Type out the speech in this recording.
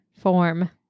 form